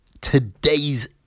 today's